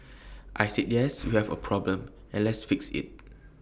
I said yes we have A problem and let's fix IT